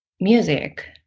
music